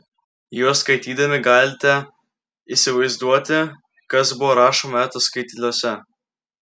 juos skaitydami galime įsivaizduoti kas buvo rašoma metų skaitliuose